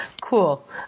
Cool